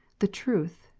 the truth,